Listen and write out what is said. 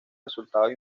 resultados